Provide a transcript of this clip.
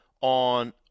on